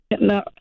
No